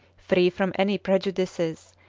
free from any prejudices,